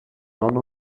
none